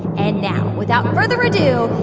and now without further ado,